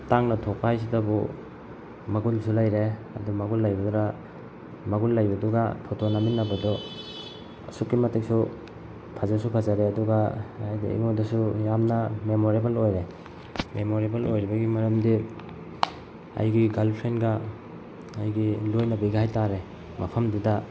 ꯇꯥꯡꯅ ꯊꯣꯛꯄ ꯍꯥꯏꯁꯤꯗꯕꯨ ꯃꯒꯨꯟꯁꯨ ꯂꯩꯔꯦ ꯑꯗꯨ ꯃꯒꯨꯟ ꯂꯩꯕꯗꯨꯗ ꯃꯒꯨꯟ ꯂꯩꯕꯗꯨꯒ ꯐꯣꯇꯣ ꯅꯝꯃꯤꯟꯅꯕꯗꯣ ꯑꯁꯨꯛꯀꯤ ꯃꯇꯤꯛꯁꯨ ꯐꯖꯁꯨ ꯐꯖꯔꯦ ꯑꯗꯨꯒ ꯍꯥꯏꯗꯤ ꯑꯩꯉꯣꯟꯗꯁꯨ ꯌꯥꯝꯅ ꯃꯦꯃꯣꯔꯦꯕꯜ ꯑꯣꯏꯔꯦ ꯃꯦꯃꯣꯔꯦꯕꯜ ꯑꯣꯏꯕꯒꯤ ꯃꯔꯝꯗꯤ ꯑꯩꯒꯤ ꯒꯥꯔꯜ ꯐ꯭ꯔꯦꯟꯒ ꯑꯩꯒꯤ ꯂꯣꯏꯅꯕꯤꯒ ꯍꯥꯏꯇꯥꯔꯦ ꯃꯐꯝꯗꯨꯗ